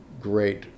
great